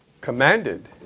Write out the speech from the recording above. commanded